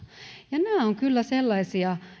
ja nämä ovat kyllä sellaisia